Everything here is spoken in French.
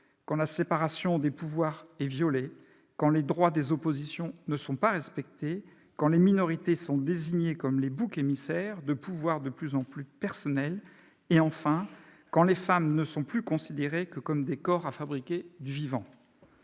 quand la séparation des pouvoirs est violée, quand les droits des oppositions ne sont pas respectés, quand les minorités sont désignées comme les boucs émissaires de pouvoirs de plus en plus personnels et, enfin, quand les femmes ne sont plus considérées que comme des corps servant à fabriquer du vivant.